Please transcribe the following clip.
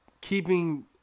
keeping